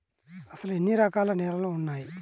అసలు ఎన్ని రకాల నేలలు వున్నాయి?